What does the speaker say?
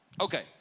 Okay